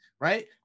right